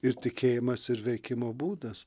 ir tikėjimas ir veikimo būdas